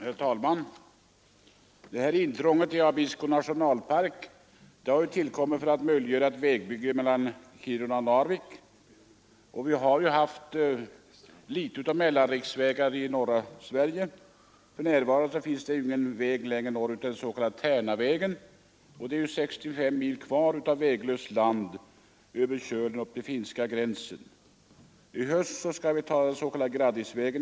Herr talman! Förslaget om intrånget i Abisko nationalpark har tillkommit för att möjliggöra ett vägbygge mellan Kiruna och Narvik. Vi har inte mycket mellanriksvägar i norra Sverige. För närvarande finns ingen väg längre norrut än den s.k. Tärnavägen, och det är 65 mil kvar av väglöst land över Kölen upp till finska gränsen. I höst skall vi ta i anspråk den s.k. Graddisvägen.